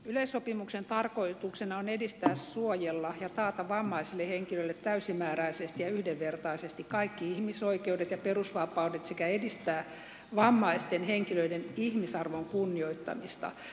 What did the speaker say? yleissopimuksen tarkoituksena on edistää suojella ja taata vammaisille henkilöille täysimääräisesti ja yhdenvertaisesti kaikki ihmisoikeudet ja perusvapaudet sekä edistää vammaisten henkilöiden ihmisarvon kunnioittamista